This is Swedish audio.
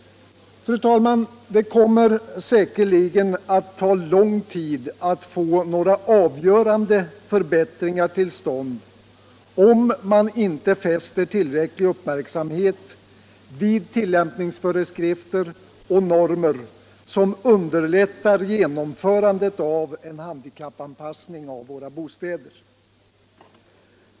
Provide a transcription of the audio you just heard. Fru talman! Det kommer säkerligen att ta lång tid att få några avgörande förbättringar till stånd om man inte fäster tillräcklig uppmärksamhet vid tillämpningsföreskrifter och normer, som underlättar genomförandet av en handikappanpassning av våra bostäder.